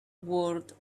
word